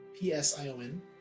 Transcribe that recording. P-S-I-O-N